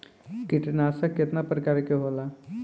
कीटनाशक केतना प्रकार के होला?